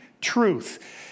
truth